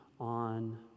on